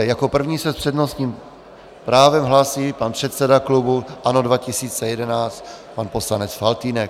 Jako první se s přednostním právem hlásí pan předseda klubu ANO 2011, pan poslanec Faltýnek.